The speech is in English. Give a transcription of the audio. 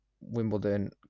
Wimbledon